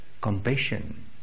compassion